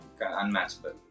Unmatchable